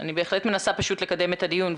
אני בהחלט מנסה לקדם את הדיון,